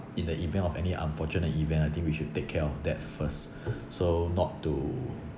in the event of any unfortunate event I think we should take care of that first so not to